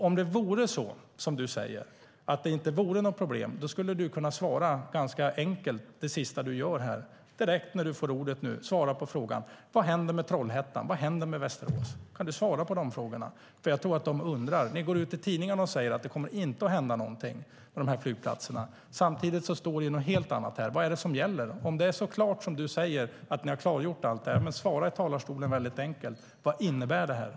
Om det vore som du säger att det inte vore något problem skulle du kunna svara ganska enkelt det sista du gör här. Svara på frågan direkt när du nu får ordet: Vad händer med Trollhättan och Västerås? Kan du svara på den frågan? Jag tror att människor undrar. Ni går ut i tidningarna och säger att det inte kommer att hända någonting med de flygplatserna. Samtidigt står det något helt annat här. Vad är det som gäller? Om det är så klart som du säger och att ni har klargjort allt detta kan du svara väldigt enkelt i talarstolen. Vad innebär detta?